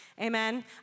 Amen